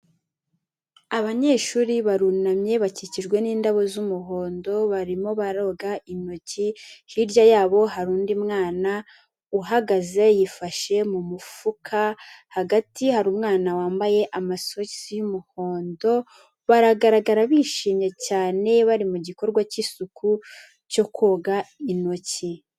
Abanyeshuri barunamye bakikijwe n'indabo z'umuhondo barimo baroga intoki, hirya yabo hari undi mwana uhagaze yifashe mu mufuka, hagati hari umwana wambaye amasogisi y'umuhondo, baragaragara bishimye cyane bari mu gikorwa cy'isuku cyo koga intoki.